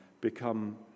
become